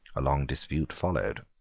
a long dispute followed.